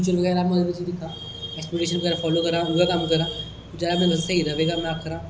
exportation बगैरा follow करा उऐ कम्म करां एह् ज्यादा स्हेई रवे गा में आक्खना